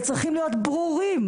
וצריכים להיות ברורים.